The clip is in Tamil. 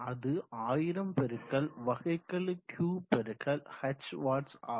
அது 1000 பெருக்கல் வகைக்கெழு Q பெருக்கல் h வாட்ஸ் ஆகும்